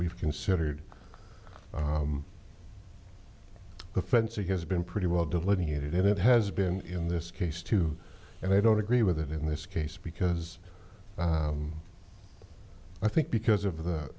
we've considered offensive has been pretty well delineated it has been in this case too and i don't agree with it in this case because i think because of the